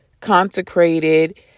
consecrated